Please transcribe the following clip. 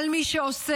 על מי שעושה,